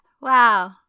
Wow